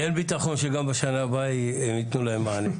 כי אין בטחון שגם בשנה הבאה יתנו להם מענה.